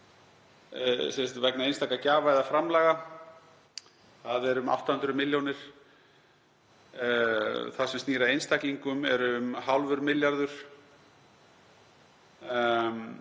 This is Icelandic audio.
vegna einstakra gjafa eða framlaga er um 800 millj. kr. Það sem snýr að einstaklingum er um hálfur milljarður